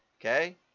okay